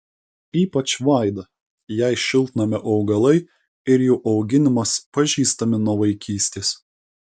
ypač vaida jai šiltnamio augalai ir jų auginimas pažįstami nuo vaikystės